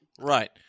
Right